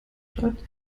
bleibt